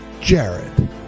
Jared